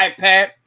ipad